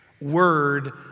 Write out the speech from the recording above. word